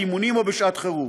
באימונים או בשעת חירום.